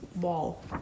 wall